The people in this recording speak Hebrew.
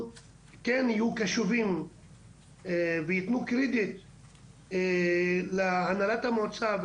כן יהיו קשובים וייתנו קרדיט להנהלת המועצה,